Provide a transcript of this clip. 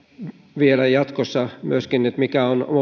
vielä jatkossa mikä on